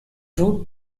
route